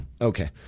okay